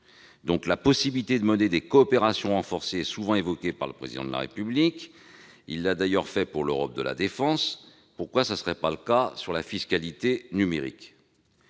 La possibilité de mener des coopérations renforcées est souvent évoquée par le Président de la République, par exemple pour l'Europe de la défense. Pourquoi ne pas le faire pour la fiscalité numérique ?